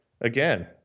again